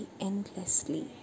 endlessly